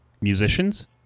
musicians